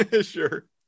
Sure